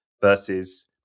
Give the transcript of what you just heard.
versus